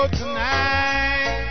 tonight